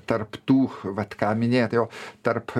tarp tų vat ką minėjot jau tarp